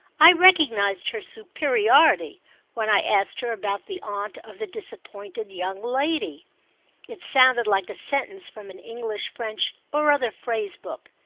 i recognised her superiority when i asked her about the aunt of the disappointed young lady it sounded like a sentence from an english-french or other phrase-book.